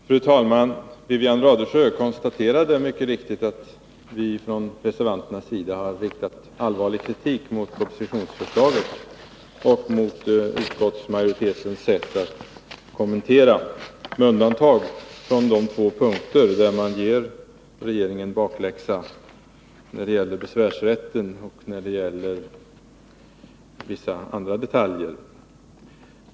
Fru talman! Wivi-Anne Radesjö konstaterade mycket riktigt att vi från reservanternas sida har riktat allvarlig kritik mot propositionsförslaget och mot utskottsmajoritetens sätt att kommentera det —- med undantag från de två punkter där man ger regeringen bakläxa, nämligen när det gäller besvärsrätt och när det gäller vissa andra detaljer.